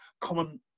common